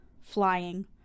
flying